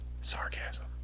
Sarcasm